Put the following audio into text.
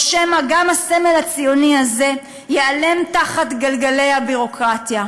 או שמא גם הסמל הציוני הזה ייעלם תחת גלגלי הביורוקרטיה.